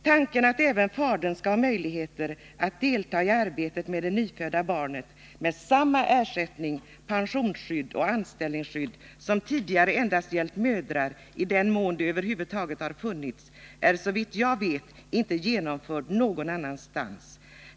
Tanken att även fadern skall ha möjligheter att delta i arbetet med det nyfödda barnet med samma ersättning, pensionsskydd och anställningsskydd som tidigare endast gällt mödrar, i den mån det över huvud taget har funnits, är såvitt jag vet inte genomförd någon annanstans.